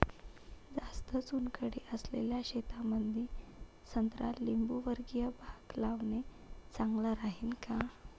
जास्त चुनखडी असलेल्या शेतामंदी संत्रा लिंबूवर्गीय बाग लावणे चांगलं राहिन का?